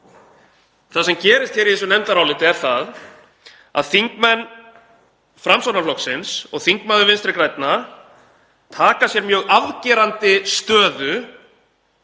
Það sem gerist í þessu nefndaráliti er að þingmenn Framsóknarflokksins og þingmaður Vinstri grænna taka mjög afgerandi stöðu